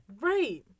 right